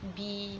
be